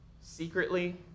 secretly